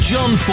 John